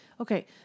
okay